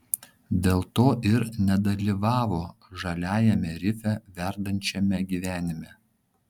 dėl to ir nedalyvavo žaliajame rife verdančiame gyvenime